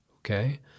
Okay